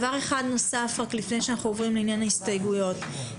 לפני שאנחנו עוברים להסתייגויות,